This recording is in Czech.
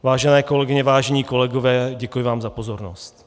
Vážené kolegyně, vážení kolegové, děkuji vám za pozornost.